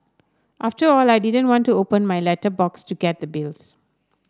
after all I like didn't want to open my letterbox to get the bills